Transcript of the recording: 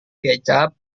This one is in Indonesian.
kecap